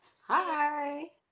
Hi